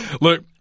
Look